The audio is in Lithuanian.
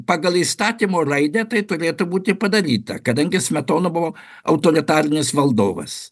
pagal įstatymo raidę tai turėtų būti padaryta kadangi smetona buvo autoritarinis valdovas